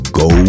go